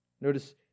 Notice